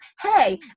hey